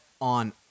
on